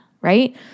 right